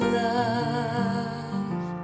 love